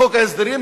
בחוק ההסדרים,